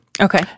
Okay